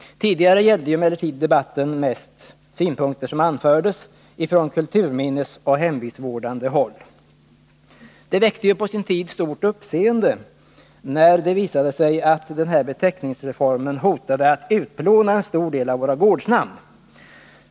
Tidigare gällde emellertid debatten mest synpunkter som anförts från kulturminnesoch hembygdsvårdande håll. Det väckte på sin tid stort uppseende när det visade sig att den här beteckningsreformen hotade att utplåna en stor del av våra gårdsnamn.